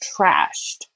trashed